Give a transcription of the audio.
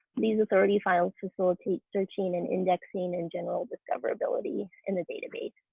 these authority files facilitate searching and indexing and general discoverability in the database.